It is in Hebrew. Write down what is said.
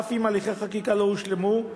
אף אם הליכי חקיקה לא הושלמו.